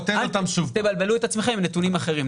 אל תבלבלו את עצמכם עם נתונים אחרים.